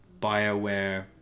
Bioware